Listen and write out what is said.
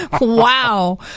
Wow